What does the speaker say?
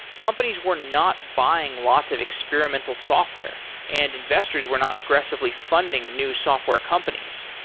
companies were not buying lots of experimental software and investors were not aggressively funding new software companies.